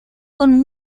con